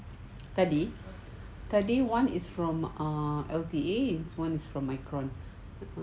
tadi tadi one is from um L_T_A one's from mycrone